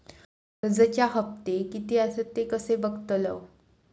कर्जच्या हप्ते किती आसत ते कसे बगतलव?